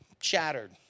shattered